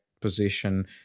position